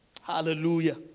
Hallelujah